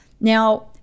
Now